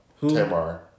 Tamar